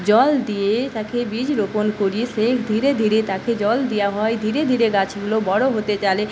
জল দিয়ে তাকে বীজ রোপণ করি সেই ধীরে ধীরে তাকে জল দেওয়া হয় ধীরে ধীরে গাছগুলো বড় হতে চালে